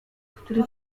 który